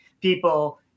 people